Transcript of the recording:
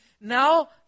Now